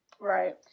right